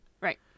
Right